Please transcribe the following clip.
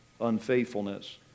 unfaithfulness